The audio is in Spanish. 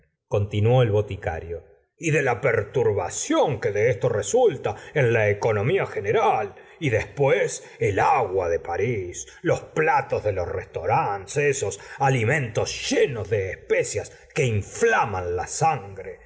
continuó el boticario y de la perturbación que de esto resulta en la economía general y después el agua de parís los platos de los restaurantes esos alimentos llenos de especias que inflaman la sangre